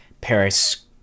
Paris